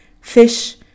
fish